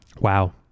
Wow